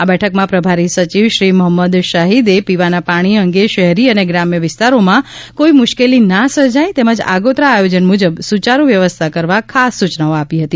આ બેઠકમાં પ્રભારી સચિવ શ્રી મોહમ્મદ શાહીદએ પીવાના પાણી અંગે શહેરી અને ગ્રામ્ય વિસ્તારોમાં કોઇ મુશ્કેલી ના સર્જાય તેમજ આગોતરા આયોજન મુજબ સુચારૂ વ્યવસ્થા કરવા ખાસ સુચનાઓ આપી હતી